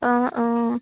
অঁ অঁ